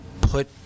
put